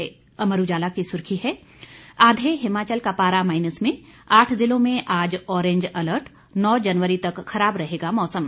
मौसम पर अमर उजाला की सुर्खी है आधे हिमाचल का पारा माइनस में आठ ज़िलों में आज ऑरेंज अलर्ट नौ जनवरी तक खराब रहेगा मौसम